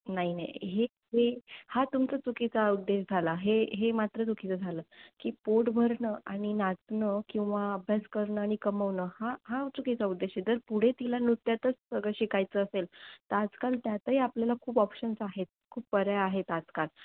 नाही नाही हे हे हा तुमचा चुकीचा उद्देश झाला हे हे मात्र चुकीचं झालं की पोट भरणं आणि नाचणं किंवा अभ्यास करणं आणि कमवणं हा हा चुकीचा उद्देश आहे जर पुढे तिला नृत्यातच सगळं शिकायचं असेल तर आजकाल त्यातही आपल्याला खूप ऑप्शन्स आहेत खूप पर्याय आहेत आजकाल